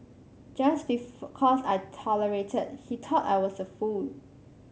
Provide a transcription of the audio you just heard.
just because I tolerated he thought I was a fool